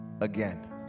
again